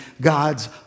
God's